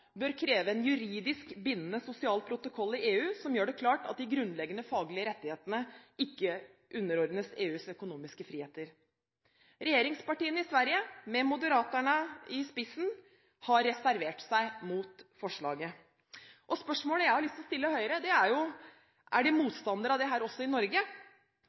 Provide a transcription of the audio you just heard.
bør kreve en juridisk bindende sosial protokoll i EU som gjør det klart at de grunnleggende faglige rettighetene ikke underordnes EUs økonomiske friheter. Regjeringspartiene i Sverige, med Moderaterna i spissen, har reservert seg mot forslaget. Spørsmålet jeg har lyst til å stille Høyre, er: Er de motstandere av det også her i Norge?